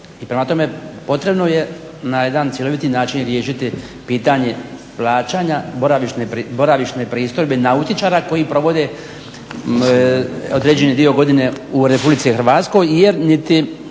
Prema tome potrebno je na jedan cjeloviti način riješiti pitanje plaćanja boravišne pristojbe nautičara koji provode određeni dio godine u RH jer niti